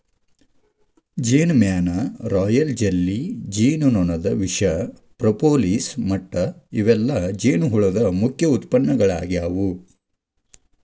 ಜೇನಮ್ಯಾಣ, royal jelly, ಜೇನುನೊಣದ ವಿಷ, propolis ಮಟ್ಟ ಇವೆಲ್ಲ ಜೇನುಹುಳದ ಮುಖ್ಯ ಉತ್ಪನ್ನಗಳಾಗ್ಯಾವ